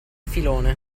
filone